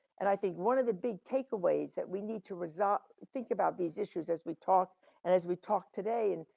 and i think one of the big takeaways that we need to think about these issues as we talk and as we talked today, and